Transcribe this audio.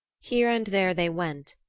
here and there they went,